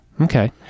Okay